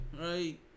Right